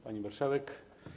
Pani Marszałek!